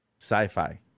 sci-fi